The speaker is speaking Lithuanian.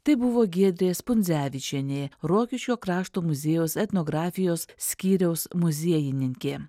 tai buvo giedrė spundzevičienė rokiškio krašto muziejaus etnografijos skyriaus muziejininkė